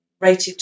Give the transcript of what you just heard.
rated